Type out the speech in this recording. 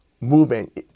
movement